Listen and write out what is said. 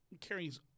carries